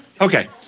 Okay